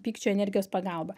pykčio energijos pagalba